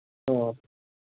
ᱦᱮᱸ